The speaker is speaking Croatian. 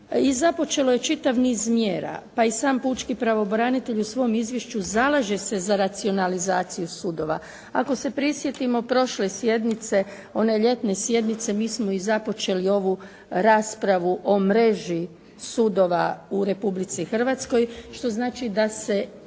i započelo je čitav niz mjera. Pa i sam pučki pravobranitelj u svom izvješću zalaže se za racionalizaciju sudova. Ako se prisjetimo prošle sjednice, one ljetne sjednice mi smo i započeli ovu raspravu o mreži sudova u Republici Hrvatskoj što znači da se